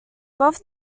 both